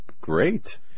great